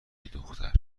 دختر